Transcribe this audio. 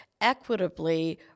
equitably